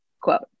quote